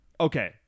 Okay